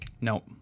No